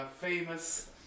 famous